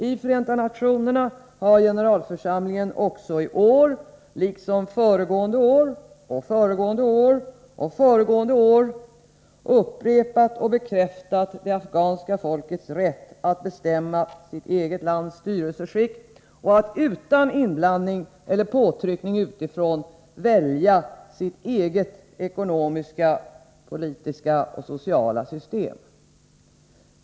I Förenta nationerna har generalförsamlingen också i år, liksom föregående år och föregående år och föregående år upprepat och bekräftat det afghanska folkets rätt att bestämma sitt eget lands styrelseskick och att utan inblandning eller påtryckning utifrån välja sitt eget ekonomiska, politiska och sociala system.